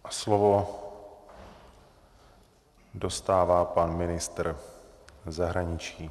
A slovo dostává pan ministr zahraničí.